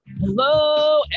Hello